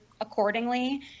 accordingly